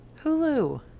hulu